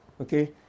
Okay